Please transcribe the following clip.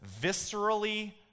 viscerally